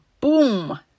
Boom